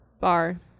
Bar